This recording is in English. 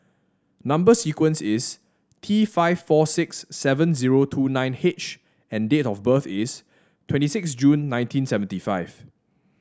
number sequence is T five four six seven zero two nine H and date of birth is twenty six June nineteen seventy five